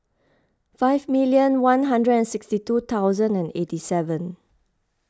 five million one hundred and sixty two thousand and eighty seven